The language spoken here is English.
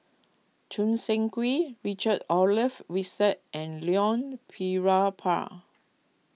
Choo Seng Quee Richard Olaf Winstedt and Leon